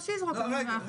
לא שיזרוק את המסמך,